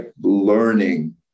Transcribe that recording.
learning